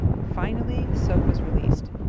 finally, sok was released.